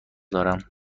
دارم